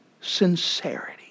sincerity